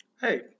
Hey